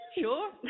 Sure